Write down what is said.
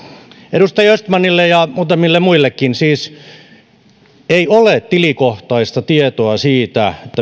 edustaja östmanille ja muutamille muillekin ei ole tilikohtaista tietoa siitä